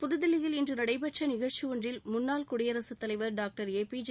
புத்தில்லியில் இன்று நடைபெற்ற நிகழ்ச்சி ஒன்றில் முன்னாள் குடியரசுத்தலைவர் டாக்டர் ஏபிஜே